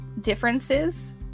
differences